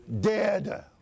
Dead